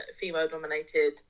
female-dominated